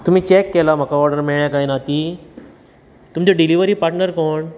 तुमी चेक केला म्हाका ऑडर मेळ्ळ्या कांय ना ती तुमचे डिलीवरी पार्टनर कोण